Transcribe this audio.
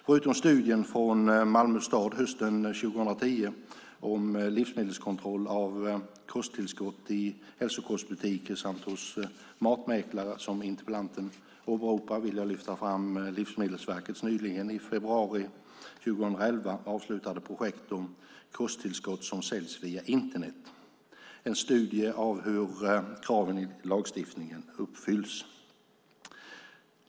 Förutom studien från Malmö stad hösten 2010, Livsmedelskontroll av kosttillskott i hälsokostbutiker samt hos matmäklare , som interpellanten åberopar, vill jag lyfta fram Livsmedelsverkets nyligen i februari 2011 avslutade projekt Kosttillskott som säljs via Internet - en studie av hur kraven i lagstiftningen uppfylls .